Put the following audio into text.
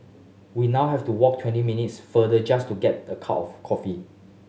we now have to walk twenty minutes further just to get the cup of coffee